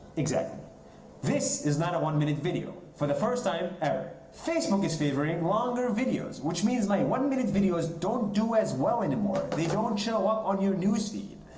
this is not a one-minute video, for the first time ever. facebook is favoring longer videos, which means my one-minute videos don't do as well anymore. they don't show up on your news feed.